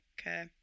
okay